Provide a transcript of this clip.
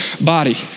body